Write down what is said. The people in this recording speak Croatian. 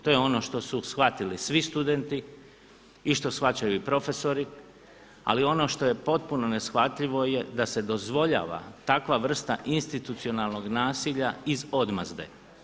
To je ono što su shvatili svi studenti i što shvaćaju i profesori, ali ono što je potpuno neshvatljivo je da se dozvoljava takva vrsta institucionalnog nasilja iz odmazde.